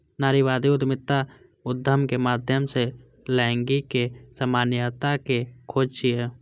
नारीवादी उद्यमिता उद्यमक माध्यम सं लैंगिक समानताक खोज छियै